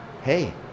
hey